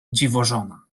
dziwożona